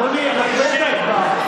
אדוני, אנחנו באמצע הצבעה.